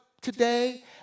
today